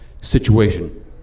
situation